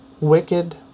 wicked